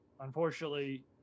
Unfortunately